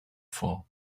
for